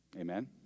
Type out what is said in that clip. Amen